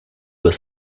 was